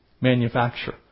manufacture